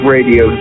Radio